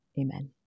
Amen